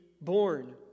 born